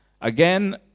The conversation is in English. Again